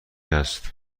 است